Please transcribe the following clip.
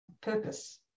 purpose